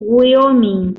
wyoming